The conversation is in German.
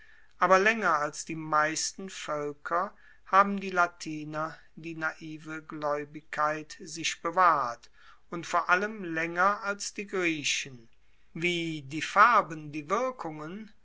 aber laenger als die meisten voelker haben die latiner die naive glaeubigkeit sich bewahrt und vor allem laenger als die griechen wie die farben die wirkungen